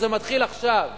וזה מתחיל עכשיו.